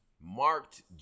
marked